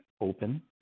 open